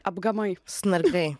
apgamai snargliai